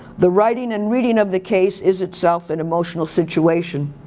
the writing and reading of the case is itself an emotional situation.